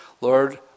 Lord